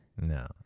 No